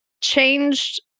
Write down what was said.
changed